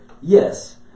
Yes